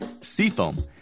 Seafoam